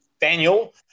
Daniel